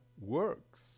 works